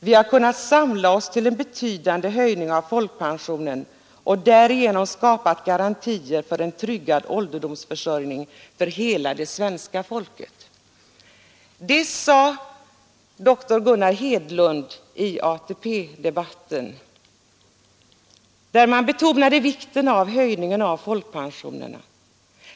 ——— vi har kunnat samla oss till en betydande höjning av folkpensionen och därigenom skapat garantier för en tryggad ålderdomsförsörjning för hela det svenska folket.” Det var dr Gunnar Hedlund, som i ATP-debatten betonade vikten av höjningen av folkpensionerna.